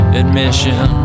admission